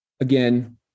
Again